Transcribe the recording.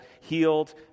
healed